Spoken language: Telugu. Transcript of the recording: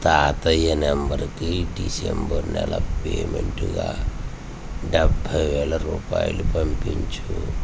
తాతయ్య నంబరుకి డిసెంబర్ నెల పేమెంటుగా డెబ్భై వేల రూపాయలు పంపించు